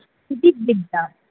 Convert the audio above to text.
জীববিদ্যা